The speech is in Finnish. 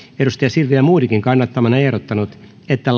silvia modigin kannattamana ehdottanut että